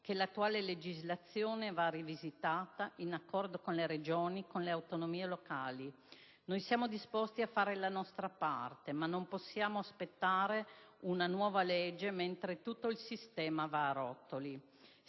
che l'attuale legislazione va rivisitata, in accordo con le Regioni e con le autonomie locali; noi siamo disposti a fare la nostra parte, ma non possiamo aspettare una nuova legge, mentre tutto il sistema va a rotoli,